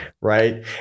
right